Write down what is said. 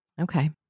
Okay